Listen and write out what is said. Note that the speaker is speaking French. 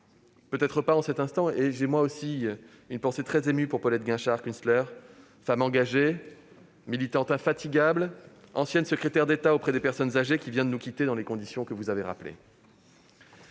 Peut-être pas. En cet instant, j'ai moi aussi une pensée émue pour Paulette Guinchard-Kunstler, femme engagée, militante infatigable, ancienne secrétaire d'État aux personnes âgées, qui vient de nous quitter dans les conditions qui ont été rappelées.